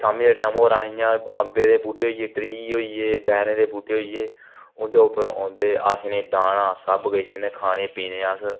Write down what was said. अम्बें दे टैम अहें उसी अम्बें दे बहूटे होइये ट्री होइये बेरें दे बहूटे होइये उं'दे उप्पर औंदे अस इ'नेंगी दाना सब किश इ'नेंगी खाना पीने गी